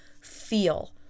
feel